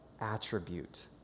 attribute